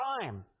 time